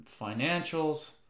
financials